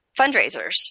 fundraisers